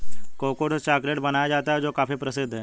cocoa से chocolate बनाया जाता है जो काफी प्रसिद्ध है